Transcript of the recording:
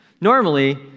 Normally